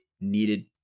needed